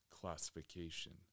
classification